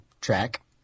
track